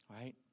Right